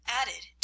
added